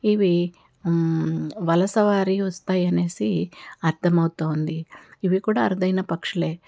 ఇవి వలసవారీ వస్తాయి అనేసి అర్థం అవుతోంది ఇవి కూడా అరుదైన పక్షులే